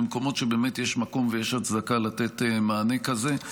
במקומות שבאמת יש מקום ויש הצדקה לתת בהם מענה כזה.